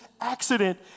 accident